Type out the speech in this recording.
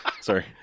Sorry